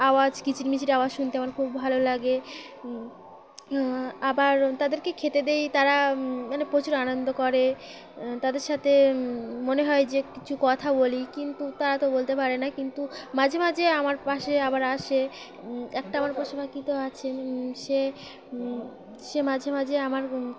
আওয়াজ কিচিরমিচির আওয়াজ শুনতে আমার খুব ভালো লাগে আবার তাদেরকে খেতে দেই তারা মানে প্রচুর আনন্দ করে তাদের সাথে মনে হয় যে কিছু কথা বলি কিন্তু তারা তো বলতে পারে না কিন্তু মাঝে মাঝে আমার পাশে আবার আসে একটা আমার পাশে সে সে মাঝে মাঝে আমার